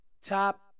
top